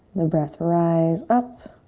the breath rise up